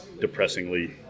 depressingly